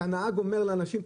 שהנהג אומר לאנשים,